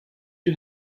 you